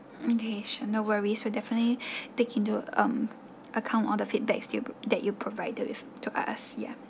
okay sure no worries will definitely take into um account all the feedbacks you pro~ that you provided with to us ya